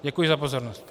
Děkuji za pozornost.